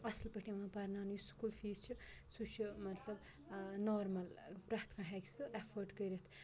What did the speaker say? اَصٕل پٲٹھۍ یِوان پَرناونہٕ یُس سکوٗل فیٖس چھِ سُہ مطلب نارمَل پرٛٮ۪تھ کانٛہہ ہیٚکہِ سُہ اٮ۪فٲٹ کٔرِتھ